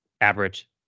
average